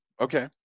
okay